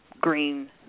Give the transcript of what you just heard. green